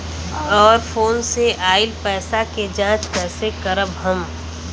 और फोन से आईल पैसा के जांच कैसे करब हम?